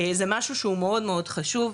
זה משהו שהוא מאוד מאוד חשוב.